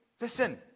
listen